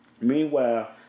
Meanwhile